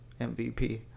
MVP